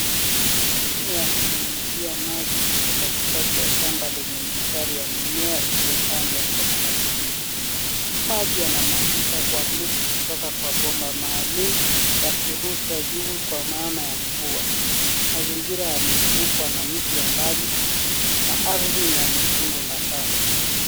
Mashini ya kunyunyuzia maji iko katikati ya shamba lenye mimea iliyo pandwa kwa mpangilio, maji yanamwagika kwa nguvu kutoka kwa bomba maalum yakirushwa juu kwa maana ya mvua mazingira yamezungukwa na miti ya mbali na ardhi ni ya nyekundu na safi.